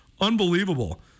Unbelievable